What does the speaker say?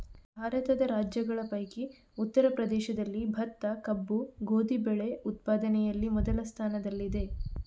ಭಾರತದ ರಾಜ್ಯಗಳ ಪೈಕಿ ಉತ್ತರ ಪ್ರದೇಶದಲ್ಲಿ ಭತ್ತ, ಕಬ್ಬು, ಗೋಧಿ ಬೆಳೆ ಉತ್ಪಾದನೆಯಲ್ಲಿ ಮೊದಲ ಸ್ಥಾನದಲ್ಲಿದೆ